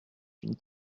une